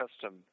custom